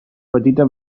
petita